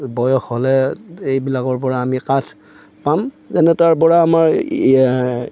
বয়স হ'লে এইবিলাকৰ পৰা আমি কাঠ পাম যেনে তাৰ পৰা আমাৰ